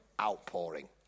outpouring